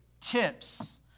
tips